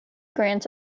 grants